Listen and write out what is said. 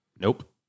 Nope